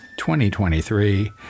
2023